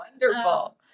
wonderful